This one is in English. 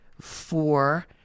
four